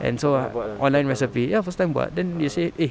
and some are online recipe ya first time buat then they say eh